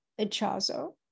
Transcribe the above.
Echazo